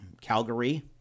Calgary